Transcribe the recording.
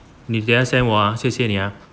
你等一下 send 我 ah 谢谢你 ah